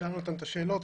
שאלנו אותם את השאלות.